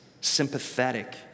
sympathetic